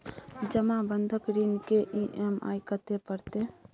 जमा बंधक ऋण के ई.एम.आई कत्ते परतै?